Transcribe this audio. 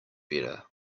better